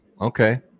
Okay